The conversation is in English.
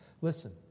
Listen